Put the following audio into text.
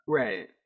right